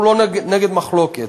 אנחנו לא נגד מחלוקת.